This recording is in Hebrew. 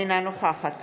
אינה נוכחת